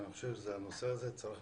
ואני חושב שבנושא הזה צריך